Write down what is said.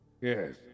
Yes